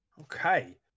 okay